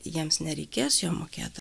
jiems nereikės jo mokėt